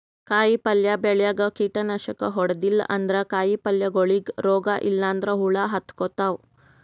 ಕಾಯಿಪಲ್ಯ ಬೆಳ್ಯಾಗ್ ಕೀಟನಾಶಕ್ ಹೊಡದಿಲ್ಲ ಅಂದ್ರ ಕಾಯಿಪಲ್ಯಗೋಳಿಗ್ ರೋಗ್ ಇಲ್ಲಂದ್ರ ಹುಳ ಹತ್ಕೊತಾವ್